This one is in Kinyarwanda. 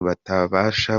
batabasha